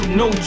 no